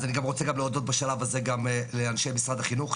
אז אני רוצה גם להודות בשלב הזה גם לאנשי משרד החינוך,